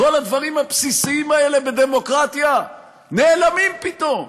כל הדברים הבסיסיים האלה בדמוקרטיה נעלמים פתאום,